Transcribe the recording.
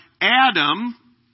Adam